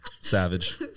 Savage